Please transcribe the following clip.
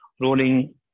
rolling